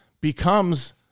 becomes